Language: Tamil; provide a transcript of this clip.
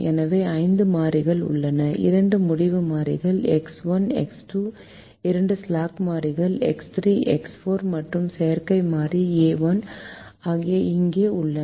எனவே ஐந்து மாறிகள் உள்ளன இரண்டு முடிவு மாறிகள் எக்ஸ் 1 எக்ஸ் 2 இரண்டு ஸ்லாக் மாறிகள் எக்ஸ் 3 எக்ஸ் 4 மற்றும் செயற்கை மாறி ஏ 1 ஆகியவை இங்கே உள்ளன